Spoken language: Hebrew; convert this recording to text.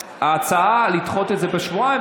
ההצעה היא לדחות את זה בשבועיים,